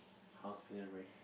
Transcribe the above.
how's Prison Break